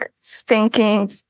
stinking